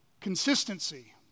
consistency